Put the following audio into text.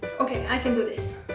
ok, i can do this.